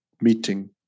meeting